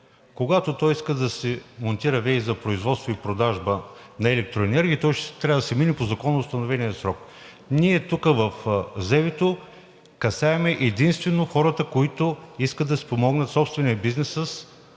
Когато иска да си монтира ВЕИ за производство и продажба на електроенергия, той ще трябва да си мине по законоустановения срок. Ние тук в ЗЕВИ касаем единствено хората, които искат да спомогнат собствения си бизнес с